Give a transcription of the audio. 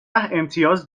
امتیاز